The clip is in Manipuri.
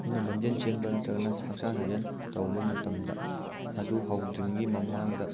ꯑꯩꯅ ꯂꯝꯖꯦꯟ ꯆꯦꯟꯕ ꯅꯠꯇ꯭ꯔꯒꯅ ꯍꯛꯆꯥꯡ ꯁꯥꯖꯦꯟ ꯇꯧꯕ ꯃꯇꯝꯗ ꯑꯗꯨ ꯍꯧꯗ꯭ꯔꯤꯉꯩꯒꯤ ꯃꯃꯥꯡꯗ